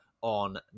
on